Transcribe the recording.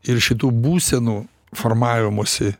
ir šitų būsenų formavimosi